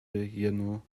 jeno